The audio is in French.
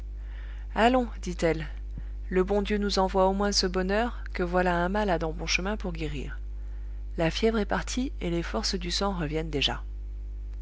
allons dit-elle le bon dieu nous envoie au moins ce bonheur que voilà un malade en bon chemin pour guérir la fièvre est partie et les forces du sang reviennent déjà